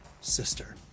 sister